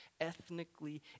ethnically